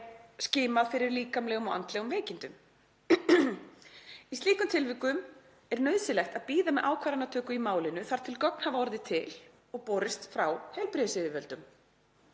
skimað fyrir líkamlegum og andlegum veikindum. Í slíkum tilvikum er nauðsynlegt að bíða með ákvarðanatöku í málinu þar til gögn hafa orðið til og borist frá heilbrigðisyfirvöldum.